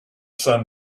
sun